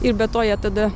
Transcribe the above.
ir be to jie tada